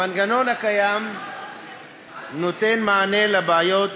המנגנון הקיים נותן מענה לבעיות